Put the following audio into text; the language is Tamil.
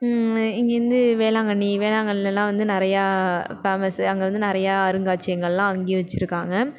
இங்கேயிருந்து வேளாங்கண்ணி வேளாங்கண்ணிலலாம் வந்து நிறையா ஃபேமஸ்ஸு அங்கே வந்து நிறையா அருங்காட்சியகங்கள்லாம் அங்கேயும் வச்சிருக்காங்க